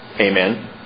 Amen